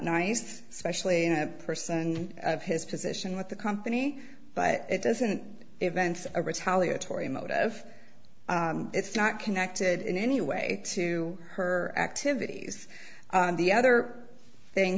nice especially in a person of his position with the company but it doesn't events a retaliatory motive it's not connected in any way to her activities on the other thing